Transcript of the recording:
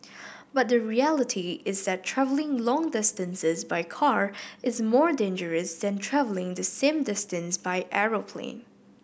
but the reality is that travelling long distances by car is more dangerous than travelling the same distance by aeroplane